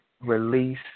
release